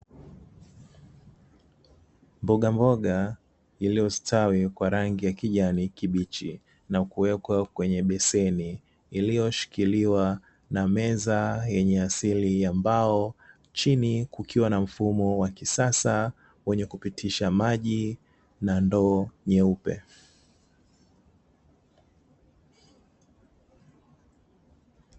Mbogamboga iliyostawi kwa rangi ya kijani kibichi na kuwekwa kwenye beseni, iliyoshikiliwa na meza yenye asili ya mbao, chini kukiwa na mfumo wa kisasa wenye kupitisha maji na ndoo nyeupe.